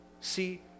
see